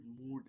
mood